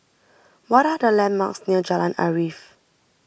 what are the landmarks near Jalan Arif